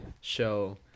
show